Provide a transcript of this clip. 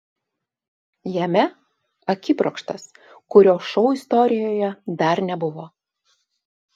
jame akibrokštas kurio šou istorijoje dar nebuvo